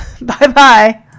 Bye-bye